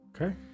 Okay